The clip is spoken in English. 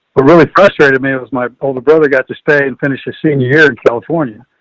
a really frustrated me. it was my older brother got to stay and finish his senior year in california.